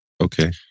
Okay